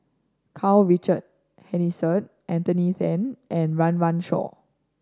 Karl Richard Hanitsch Anthony Then and Run Run Shaw